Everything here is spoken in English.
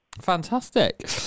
Fantastic